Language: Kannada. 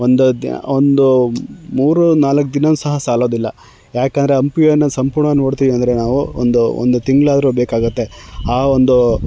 ಒಂದು ದಿನ ಒಂದು ಮೂರು ನಾಲ್ಕು ದಿನ ಸಹ ಸಾಲೋದಿಲ್ಲ ಯಾಕೆಂದ್ರೆ ಹಂಪಿಯನ್ನ ಸಂಪೂರ್ಣವಾಗಿ ನೋಡ್ತೀವಿ ಅಂದರೆ ನಾವು ಒಂದು ಒಂದು ತಿಂಗಳಾದ್ರು ಬೇಕಾಗುತ್ತೆ ಆ ಒಂದು